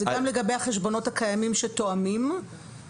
גם לגבי החשבונות הקיימים שתואמים והוראת מעבר של מישהו אחר.